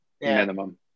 minimum